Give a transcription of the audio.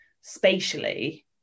spatially